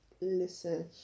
listen